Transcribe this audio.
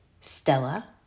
Stella